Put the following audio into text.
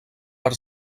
per